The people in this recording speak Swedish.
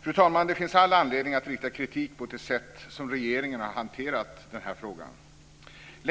Fru talman! Det finns all anledning att rikta kritik mot det sätt som regeringen har hanterat den här frågan.